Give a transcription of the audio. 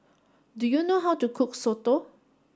do you know how to cook Soto